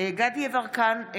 דסטה גדי יברקן,